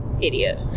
idiot